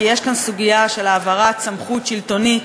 כי יש כאן סוגיה של העברת סמכות שלטונית,